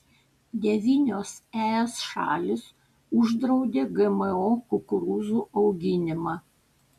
devynios es šalys uždraudė gmo kukurūzų auginimą